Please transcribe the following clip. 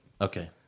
Okay